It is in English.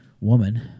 woman